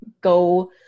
go